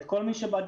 אלא את כל מי שבדרך,